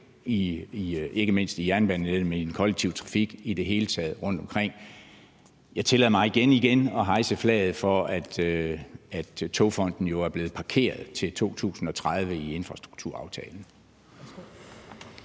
ikke mindst i jernbanenettet, men i den kollektive trafik i det hele taget, rundtomkring. Og jeg tillader mig igen-igen at hejse flaget i forhold til, at Togfonden DK jo er blevet parkeret til 2030 i infrastrukturaftalen.